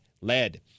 lead